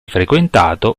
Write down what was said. frequentato